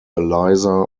eliza